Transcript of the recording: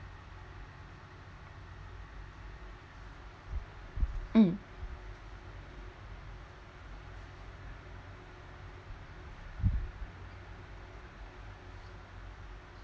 mm